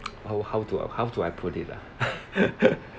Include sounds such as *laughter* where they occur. *noise* how how do how do I put it lah *laughs*